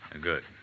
Good